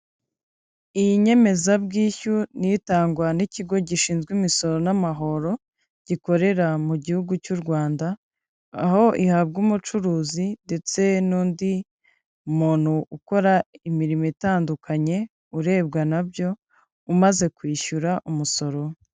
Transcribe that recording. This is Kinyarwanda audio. Iyi nyemezabwishyu ni itangwa n'ikigo gishinzwe imisoro n'amahoro gikorera mu gihugu cy'u Rwanda, aho ihabwa umucuruzi ndetse n'undi muntu ukora imirimo itandukanye urebwa na byo umaze kwishyura umusoro.